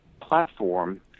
platform